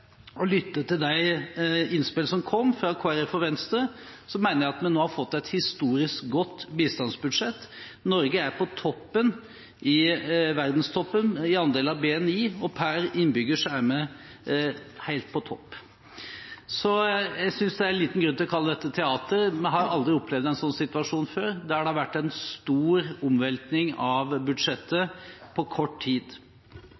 lytte til de innspill som kom fra Kristelig Folkeparti og Venstre, mener jeg at vi nå har fått et historisk godt bistandsbudsjett. Norge er på verdenstoppen i andel av BNI, og per innbygger er vi helt på topp. Jeg synes det er liten grunn til å kalle dette teater. Vi har aldri opplevd en sånn situasjon før – at det har vært en stor omveltning av budsjettet på kort tid.